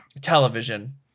television